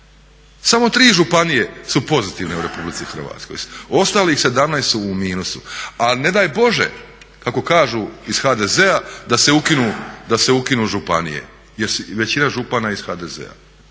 Samo tri županije su pozitivne u Republici Hrvatskoj, ostalih 17 su u minusu. Ali ne daj Bože kako kažu ih HDZ-a da se ukinu županije jer je većina župana iz HDZ-a.